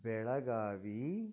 Belagavi